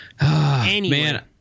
Man